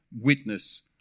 witness